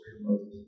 Moses